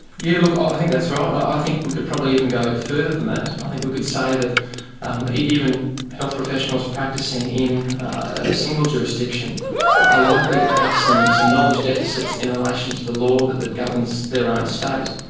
yeah look, i think that's right. and i i think we could probably even go further than that. and i think we could say that um even health professionals practising in a single jurisdiction are ah likely to have some some knowledge deficits in relation to the law that that governs their own state.